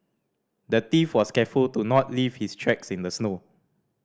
the thief was careful to not leave his tracks in the snow